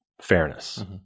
fairness